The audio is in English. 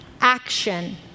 action